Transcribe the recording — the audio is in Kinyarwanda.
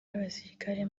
y’abasirikare